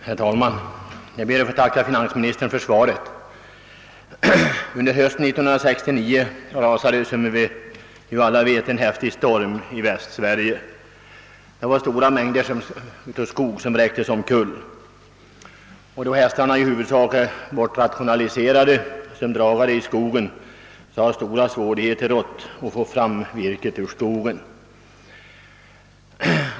Herr talman! Jag ber att få tacka finansministern för svaret. Under hösten 1969 rasade som vi vet en häftig storm i Västsverige. Stora mängder skog vräktes omkull, och då hästarna praktiskt taget är bortrationaliserade som drazare i skogen har det varit förenat med stora svårigheter att få fram virket ur skogen.